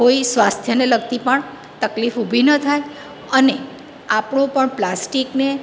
કોઈ સ્વાસ્થ્યને લગતી પણ તકલીફ ઊભી ન થાય અને આપણું પણ પ્લાસ્ટિકને